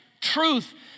truth